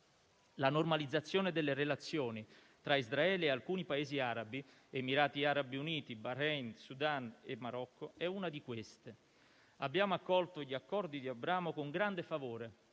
La normalizzazione delle relazioni tra Israele e alcuni Paesi arabi - Emirati Arabi Uniti, Bahrain, Sudan e Marocco - è una di queste. Abbiamo accolto gli Accordi di Abramo con grande favore,